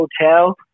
Hotel